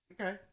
Okay